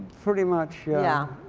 pretty much. yeah